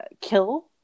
kill